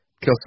kill